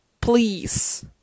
Please